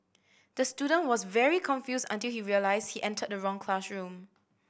the student was very confused until he realised he entered the wrong classroom